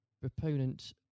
proponent